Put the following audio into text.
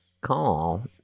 call